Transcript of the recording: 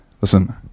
Listen